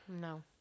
No